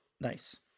Nice